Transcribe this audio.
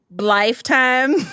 Lifetime